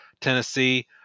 Tennessee